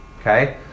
Okay